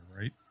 right